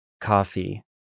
Coffee